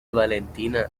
valentina